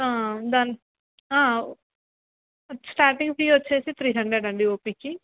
ఆ starting fee వచ్చేసి three hundred అండి ఓ పీకి